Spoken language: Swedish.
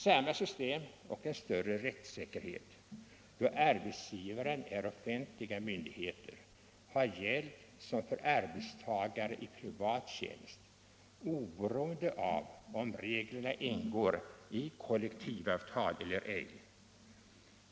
Samma system och en större rättssäkerhet — då arbetsgivarna är offentliga myndigheter — har gällt som för arbetstagare i privat tjänst oberoende av om reglerna ingår i kollektivavtal eller ej.